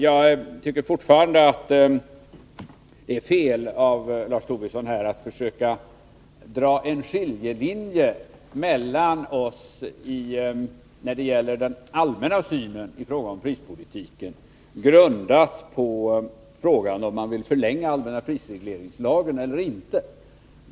Jag tycker fortfarande att det är fel av Lars Tobisson att försöka dra upp en skiljelinje mellan oss när det gäller den allmänna synen på prispolitiken och frågan om man vill förlänga den allmänna prisregleringslagen eller inte.